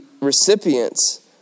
recipients